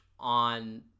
on